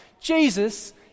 Jesus